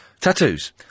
Tattoos